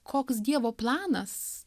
koks dievo planas